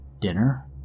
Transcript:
Dinner